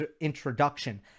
introduction